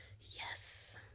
Yes